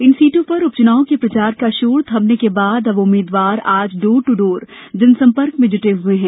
इन सीटों पर उपचुनावों के प्रचार का शोर थमने के बाद अब उम्मीदवार आज डोर ट् डोर जनसंपर्क में जुटे हुए हैं